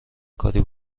کاری